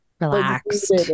relaxed